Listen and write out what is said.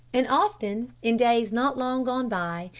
and often, in days not long gone by,